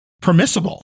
permissible